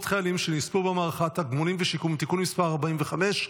חיילים שנספו במערכה (תגמולים ושיקום) (תיקון מס' 45),